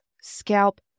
scalp